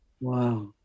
Wow